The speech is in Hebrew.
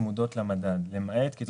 שצמודות למדד למעט קצבת נכות.